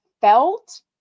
felt